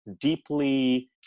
deeply